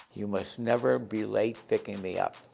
you must never be late picking me up.